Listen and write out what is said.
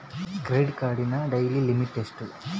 Credit ಕಾರ್ಡಿನ daily limit ಎಷ್ಟು?